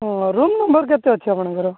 ହୁଁ room number କେତେ ଅଛି ଆପଣଙ୍କର